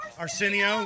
Arsenio